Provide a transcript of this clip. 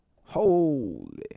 Holy